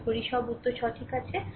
আশা করি সব উত্তর সঠিক আছে